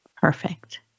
Perfect